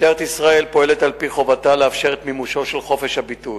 משטרת ישראל פועלת על-פי חובתה לאפשר את מימושו של חופש הביטוי,